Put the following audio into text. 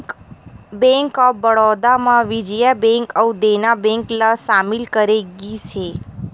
bank of Baroda म Vijaya bank अउ Dena bank ल सामिल करे गिस हे